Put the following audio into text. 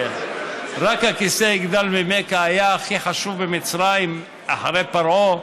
"רק הכסא יגדל ממך" היה הכי חשוב במצרים אחרי פרעה,